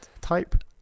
type